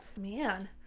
Man